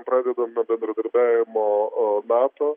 pradedant nuo bendradarbiavimo nato